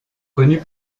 connue